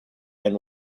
and